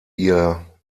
ihr